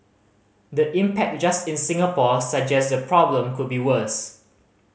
the impact just in Singapore suggest the problem could be worse